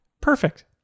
perfect